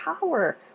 power